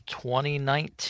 2019